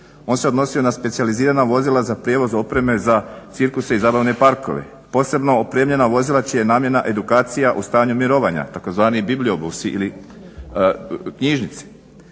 On se odnosio na specijalizirana vozila za prijevoz opreme za cirkuse i zabavne parkove. Posebno opremljena vozila čija je namjena edukacija u stanju mirovanja, tzv. bibliobusi ili knjižnici.